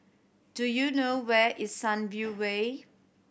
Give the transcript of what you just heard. do you know where is Sunview Way